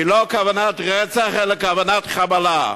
הן לא כוונת רצח אלא כוונת חבלה.